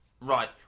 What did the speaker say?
Right